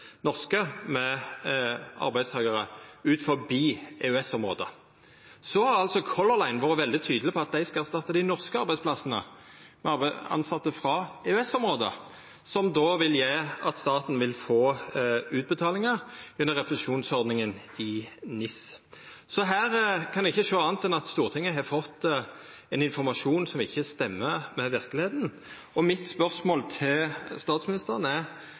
norske arbeidstakarar med arbeidstakarar utanfor EØS-området. Så har altså Color Line vore veldig tydelege på at dei skal erstatta dei norske arbeidsplassane med tilsette frå EØS-området, noko som vil gjera at staten vil få utbetalingar under refusjonsordninga i NIS. Her kan eg ikkje sjå anna enn at Stortinget har fått informasjon som ikkje stemmer med verkelegheita. Mitt spørsmål til statsministeren er: